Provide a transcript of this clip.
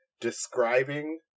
describing